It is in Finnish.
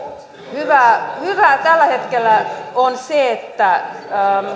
hyvää hyvää tällä hetkellä on se että